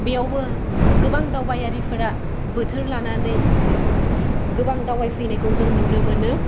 बेयावबो गोबां दावबायारिफोरा बोथोर लानानै गोबां दावबायफैनायखौ जों नुनो मोनो